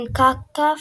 CONCACAF,